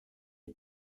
est